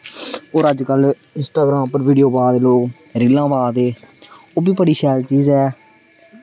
होर अज्जकल इंस्टाग्राम पर वीडियो पा दे लोग रीलां पा दे ओह्बी बड़ी शैल चीज़ ऐ